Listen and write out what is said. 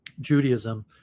Judaism